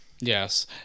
Yes